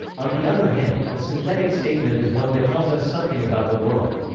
on the other hand, a synthetic statement is one that tells us something about the world.